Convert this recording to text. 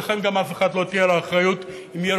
ולכן גם לאף אחד לא תהיה אחריות אם יהיה